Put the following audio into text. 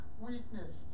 weakness